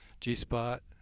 G-spot